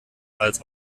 als